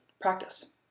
practice